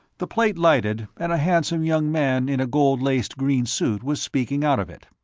the plate lighted, and a handsome young man in a gold-laced green suit was speaking out of it.